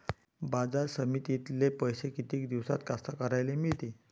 बाजार समितीतले पैशे किती दिवसानं कास्तकाराइले मिळते?